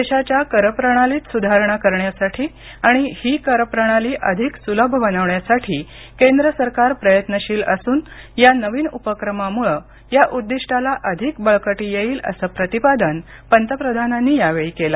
देशाच्या कर प्रणालीत सुधारणा करण्यासाठी आणि ही कर प्रणाली अधिक सुलभ बनवण्यासाठी केंद्र सरकार प्रयत्नशील असून या नवीन उपक्रमामुळे या उद्दिष्टाला अधिक बळकटी येईल अस प्रतिपादन पंतप्रधानांनी यावेळी केलं